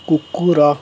କୁକୁର